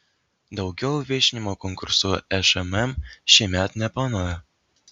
daugiau viešinimo konkursų šmm šiemet neplanuoja